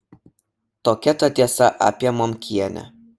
tokia ta tiesa apie momkienę